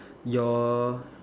your